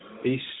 Peace